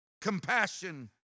compassion